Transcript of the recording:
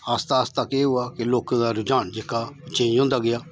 आस्ता आस्ता केह् होआ के लोकें दा रुझान जेह्का चेंज होंदा गेआ